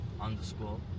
underscore